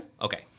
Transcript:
Okay